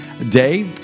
day